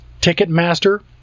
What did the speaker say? Ticketmaster